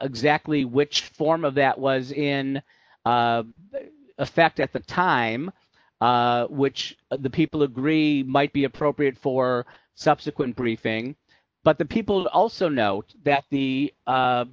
exactly which form of that was in effect at the time which the people agree might be appropriate for subsequent briefing but the people also know that the